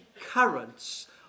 currents